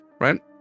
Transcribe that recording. right